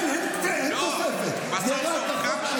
אני לא יודע כמה --- לא, כמה זה עולה?